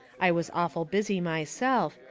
i was awful busy myself,